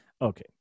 okay